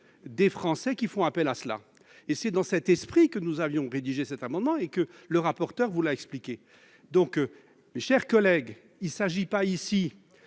des Français qui font appel à ces tests. C'est dans cet esprit que nous avions rédigé cet amendement et que le rapporteur a avancé ses explications. Mes chers collègues, il ne s'agit pas ici